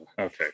okay